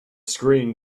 screen